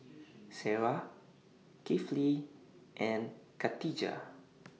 Sarah Kifli and Khatijah